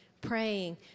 praying